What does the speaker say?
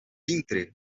vintre